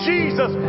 Jesus